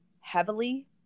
heavily